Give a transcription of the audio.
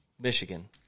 Michigan